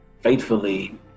faithfully